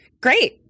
great